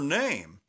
name